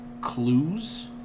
clues